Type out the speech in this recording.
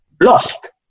lost